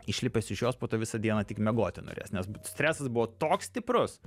išlipęs iš jos po to visą dieną tik miegoti norės nes stresas buvo toks stiprus